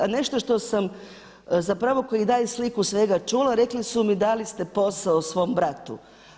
A nešto što sam, zapravo koji daje sliku svega čula, rekli su mi dali ste posao svom bratu.